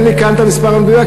אין לי כאן המספר המדויק,